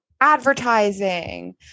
advertising